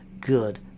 good